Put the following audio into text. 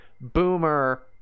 Boomer